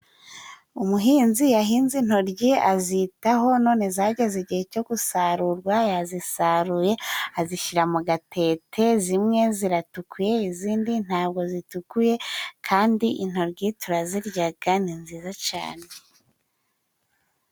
Umuhinzi yahinze intoryi azitaho none zageze igihe cyo gusarurwa, yazisaruye azishyira mu gatete, zimwe ziratukuye izindi ntabwo zitukuye, kandi intoryi turazirya ni nziza cyane.